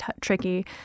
tricky